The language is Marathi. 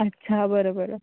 अच्छा बरं बरं